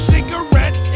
Cigarette